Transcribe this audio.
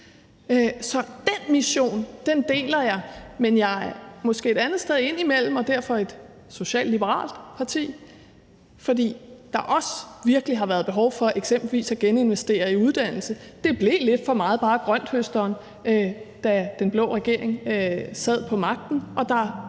Så den mission deler jeg, men jeg er måske et andet sted indimellem, og vi er derfor et socialliberalt parti, for der har også virkelig været behov for eksempelvis at geninvestere i uddannelse. Det blev lidt for meget bare grønthøsteren, da den blå regering sad på magten, og der